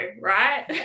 right